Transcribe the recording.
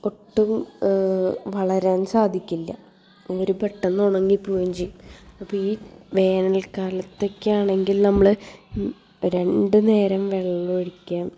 ഒട്ടും വളരാൻ സാധിക്കില്ല അവർ പെട്ടന്ന് ഉണങ്ങിപ്പോവുകയും ചെയ്യും അപ്പോൾ ഈ വേനൽക്കാലത്തൊക്കെയാണെങ്കിൽ നമ്മൾ രണ്ട് നേരം വെള്ളമൊഴിക്കാൻ